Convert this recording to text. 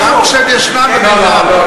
לא לא,